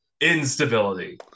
instability